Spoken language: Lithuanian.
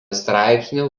straipsnių